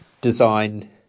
design